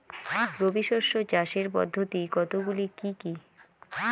রবি শস্য চাষের পদ্ধতি কতগুলি কি কি?